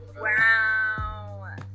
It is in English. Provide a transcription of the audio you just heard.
wow